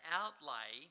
outlay